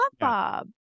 Bob